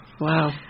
Wow